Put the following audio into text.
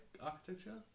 architecture